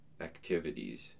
activities